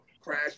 Crash